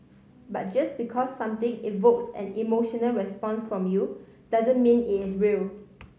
but just because something evokes an emotional response from you doesn't mean it is real